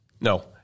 no